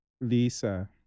Lisa